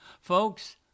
Folks